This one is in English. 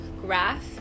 graph